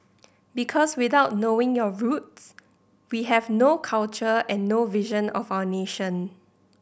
because without knowing our roots we have no culture and no vision of our nation